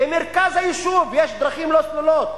במרכז היישוב יש דרכים לא סלולות.